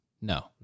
No